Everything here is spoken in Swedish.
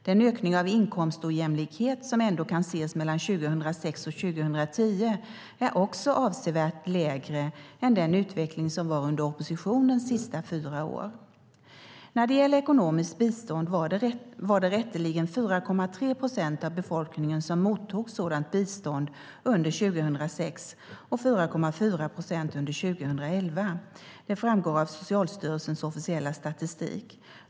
Den ökning av inkomstojämlikhet som ändå kan ses mellan 2006 och 2010 är också avsevärt lägre än den utveckling som var under oppositionens sista fyra år. När det gäller ekonomiskt bistånd var det 4,3 procent av befolkningen som mottog sådant bistånd under 2006 och 4,4 procent under 2011. Det framgår av Socialstyrelsens officiella statistik.